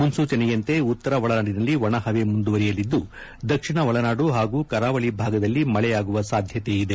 ಮುನ್ಲೂಚನೆಯಂತೆ ಉತ್ತರ ಒಳನಾಡಿನಲ್ಲಿ ಒಣ ಹವೆ ಮುಂದುವರೆಯಲಿದ್ದು ದಕ್ಷಿಣ ಒಳನಾಡು ಹಾಗೂ ಕರಾವಳಿ ಭಾಗದಲ್ಲಿ ಮಳೆಯಾಗುವ ಸಾಧ್ಯತೆ ಇದೆ